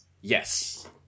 Yes